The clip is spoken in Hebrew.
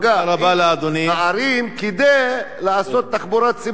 הערים כדי לעשות תחבורה ציבורית בתוך היישובים.